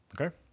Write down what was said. Okay